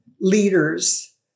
leaders